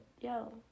Yo